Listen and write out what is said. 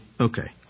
Okay